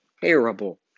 terrible